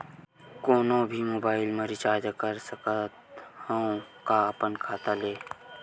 कोनो भी मोबाइल मा रिचार्ज कर सकथव का अपन खाता ले?